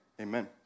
amen